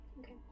Okay